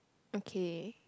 okay